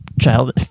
Child